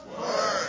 word